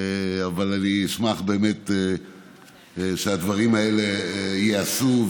אבל אני אשמח שהדברים האלה ייעשו,